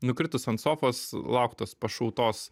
nukritus ant sofos laukt tos pašautos